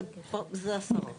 זה עשרות.